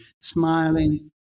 smiling